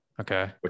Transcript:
Okay